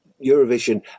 Eurovision